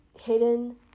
hidden